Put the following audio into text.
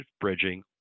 bridging